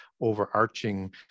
overarching